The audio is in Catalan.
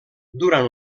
durant